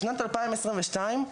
בשנת 2022,